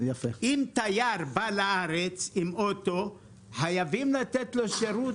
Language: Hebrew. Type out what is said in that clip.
אם תייר בא לארץ עם אוטו חייבים לתת לו שירות,